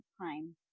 time